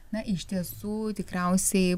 na iš tiesų tikriausiai